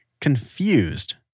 confused